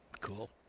Cool